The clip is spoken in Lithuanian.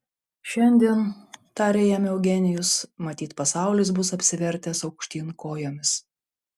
šiandien tarė jam eugenijus matyt pasaulis bus apsivertęs aukštyn kojomis